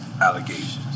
allegations